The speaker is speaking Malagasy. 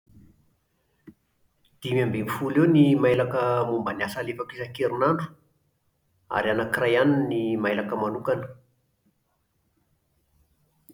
Dimiambinifolo eo ny mailaka momba ny asa alefako isankerinandro. Ary anankiray ihany ny mailaka manokana